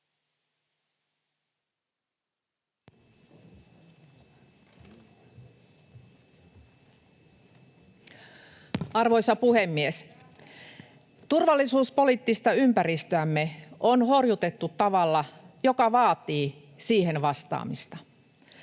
Arvoisa puhemies! Turvallisuuspoliittista ympäristöämme on horjutettu tavalla, joka vaatii siihen vastaamista.